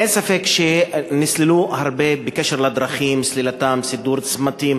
אין ספק שנסללו הרבה דרכים, סידור צמתים,